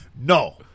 No